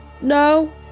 no